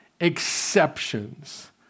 exceptions